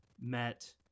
met